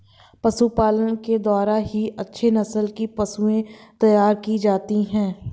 पशुपालन के द्वारा ही अच्छे नस्ल की पशुएं तैयार की जाती है